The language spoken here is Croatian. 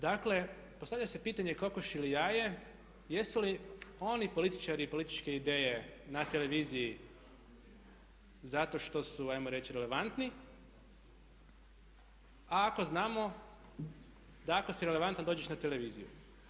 Dakle, postavlja se pitanje kokoš ili jaje, jesu li oni političari i političke ideje na televiziji zato što su ajmo reći relevantni a ako znamo da ako si relevantan dođeš na televiziju.